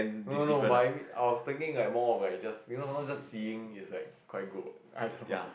no no no but I mean I was thinking like more of like just you know sometimes just seeing is like quite good what I don't know